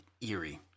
eerie